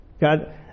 God